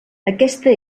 aquesta